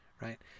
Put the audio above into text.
right